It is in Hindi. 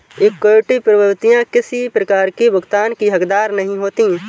इक्विटी प्रभूतियाँ किसी प्रकार की भुगतान की हकदार नहीं होती